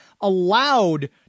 allowed